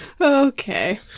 Okay